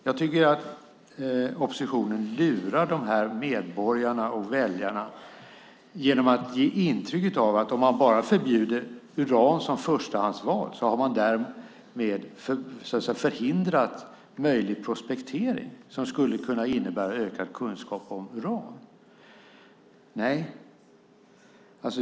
Jag tycker att oppositionen lurar medborgarna genom att ge intrycket av att om man bara förbjuder uran som förstahandsval har man därmed förhindrat möjlig prospektering som skulle kunna innebära ökad kunskap om uran.